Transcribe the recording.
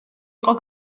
იყო